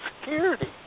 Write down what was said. security